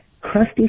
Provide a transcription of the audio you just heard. crusty